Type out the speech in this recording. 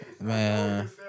Man